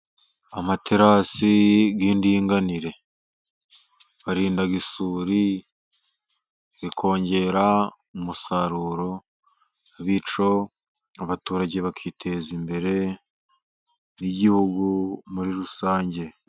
Amaterasi y'indinganire arinda isuri, bikongera umusaruro, bityo abaturage bakiteza imbere, n'igihugu muri rusange.